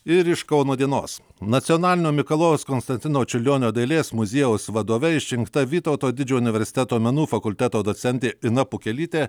ir iš kauno dienos nacionalinio mikalojaus konstantino čiurlionio dailės muziejaus vadove išrinkta vytauto didžiojo universiteto menų fakulteto docentė ina pukelytė